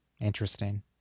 Interesting